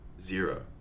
Zero